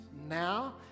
now